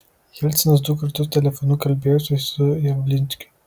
jelcinas du kartus telefonu kalbėjosi su javlinskiu